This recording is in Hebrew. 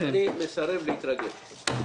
אני מסרב להתרגש.